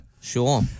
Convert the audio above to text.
Sure